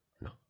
No